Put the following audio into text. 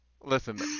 Listen